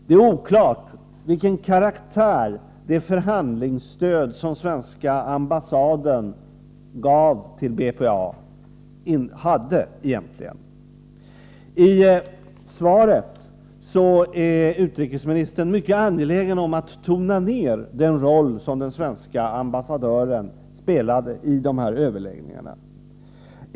Det är oklart vilken karaktär det förhandlingsstöd som svenska ambassaden gav till BPA egentligen hade. I svaret är utrikesministern mycket angelägen om att tona ned den roll som den svenska ambassadören spelade i dessa överläggningar.